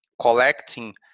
collecting